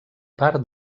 part